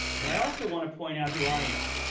but i also want to point out who i am.